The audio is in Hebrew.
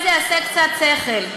אולי זה יעשה קצת שכל.